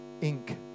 Inc